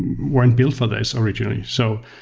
weren't built for this originally. so